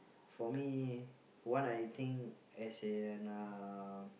for me what I think as in uh